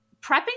prepping